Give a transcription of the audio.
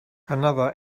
another